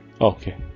Okay